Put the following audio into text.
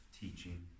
teaching